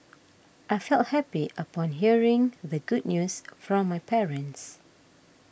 I felt happy upon hearing the good news from my parents